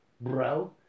bro